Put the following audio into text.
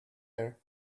air